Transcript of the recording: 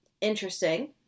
interesting